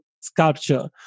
sculpture